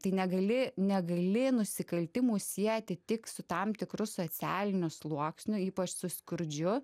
tai negali negali nusikaltimų sieti tik su tam tikru socialiniu sluoksniu ypač su skurdžiu